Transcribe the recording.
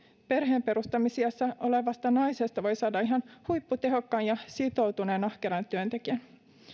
perheenperustamisiässä olevasta naisesta voi saada ihan huipputehokkaan ja sitoutuneen ahkeran työntekijän